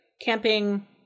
camping